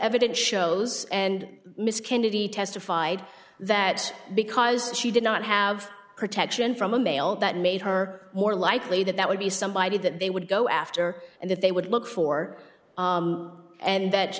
evidence shows and mrs kennedy testified that because she did not have protection from a male that made her more likely that that would be somebody that they would go after and that they would look for and that